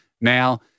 Now –